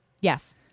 Yes